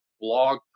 blog